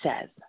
says